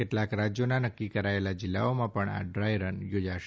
કેટલાક રાજ્યોના નક્કી કરાયેલા જીલ્લાઓમાં પણ આ ડ્રાય રન યોજાશે